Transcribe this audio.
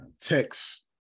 text